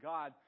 God